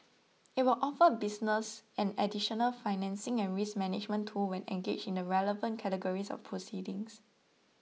it will offer business an additional financing and risk management tool when engaged in the relevant categories of proceedings